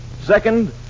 Second